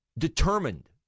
determined